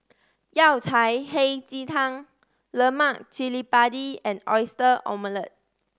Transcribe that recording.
Yao Cai Hei Ji Tang lemak cili padi and Oyster Omelette